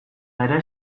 ere